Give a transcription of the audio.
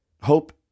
Hope